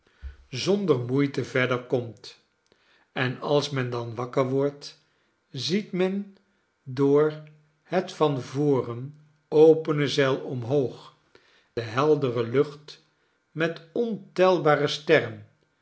zonder moeite verder komt en als men dan wakker wordt ziet men door het van voren opene zeil omhoog de heldere lucht met ontelbare sterren